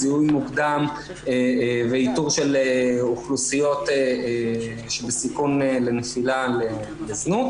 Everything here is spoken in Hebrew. זיהוי מוקדם ואיתור של אוכלוסיות שבסיכון לזנות.